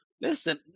Listen